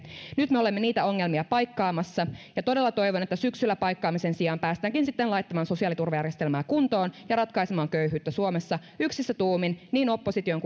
nyt me olemme niitä ongelmia paikkaamassa ja todella toivon että syksyllä paikkaamisen sijaan päästäänkin sitten laittamaan sosiaaliturvajärjestelmää kuntoon ja ratkaisemaan köyhyyttä suomessa yksissä tuumin niin opposition